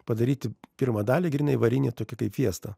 padaryti pirmą dalį grynai varinį tokį kaip fiestą